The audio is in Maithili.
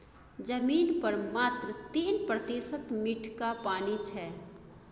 जमीन पर मात्र तीन प्रतिशत मीठका पानि छै